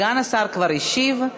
סגן השר כבר השיב.